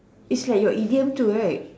is like your idiom too right